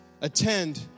Attend